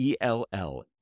ELL